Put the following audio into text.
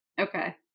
Okay